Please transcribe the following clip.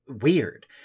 weird